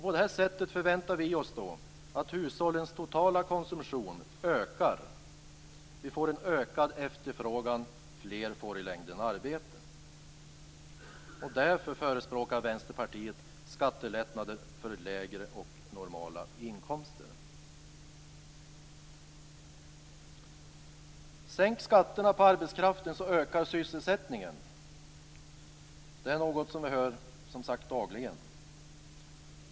På det sättet förväntar vi oss att hushållens totala konsumtion ökar. Vi får en ökad efterfrågan och fler får i längden arbete. Därför förespråkar Vänsterpartiet skattelättnader för lägre och normala inkomstnivåer. "Sänk skatterna på arbetskraften så ökar sysselsättningen!" - det är något som vi, som sagt, hör dagligen.